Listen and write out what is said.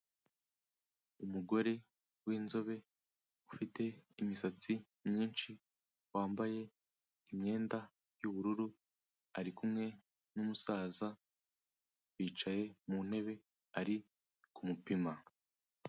Umugore w'inzobe ufite imisatsi myinshi wambaye imyenda y'ubururu ari kumwe n'umusaza bicaye mu ntebe ari kumupima.